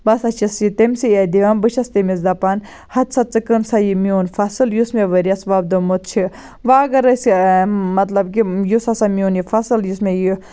بہٕ ہَسا چھَس یہِ تمسٕے اَتھ دِوان بہٕ چھَس تٔمِس دَپان ہَتسا ژٕ کٕنۍ سا یہِ میون فصل یُس مےٚ ؤرۍ یَس وۄپدومُت چھُ وۄنۍ اَگر أسۍ مَطلَب کہِ یُس ہَسا میون یہِ فصل یُس مےٚ یہِ